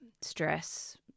stress